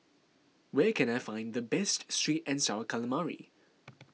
where can I find the best Sweet and Sour Calamari